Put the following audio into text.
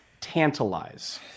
tantalize